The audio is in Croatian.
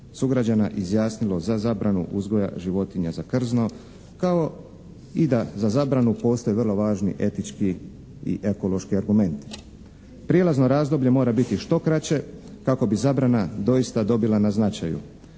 sugrađana izjasnilo za zabranu uzgoja životinja za krzno kao i da za zabranu postoje vrlo važni etički i ekološki argumenti. Prijelazno razdoblje mora biti što kraće kako bi zabrana doista dobila na značaju.